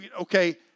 okay